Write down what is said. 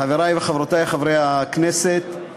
חברי וחברותי חברי הכנסת,